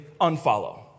unfollow